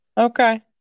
Okay